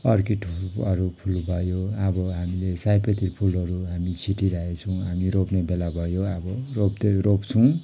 अर्किडहरू अरू फुल भयो अब हामीले सयपत्री फुलहरू हामी छिटिरहेछौँ हामी रोप्ने बेला भयो अब रोप्दै रोप्छौँ